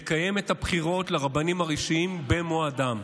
לקיים את הבחירות לרבנים הראשיים במועדן.